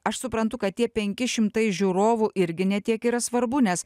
aš suprantu kad tie penki šimtai žiūrovų irgi ne tiek yra svarbu nes